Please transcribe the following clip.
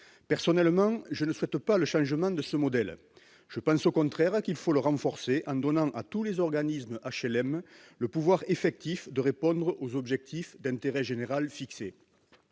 personnellement, je ne souhaite pas le changement de ce modèle, je pense au contraire qu'il faut le renforcer en donnant à tous les organismes HLM, le pouvoir effectif de répondre aux objectifs d'intérêt général fixé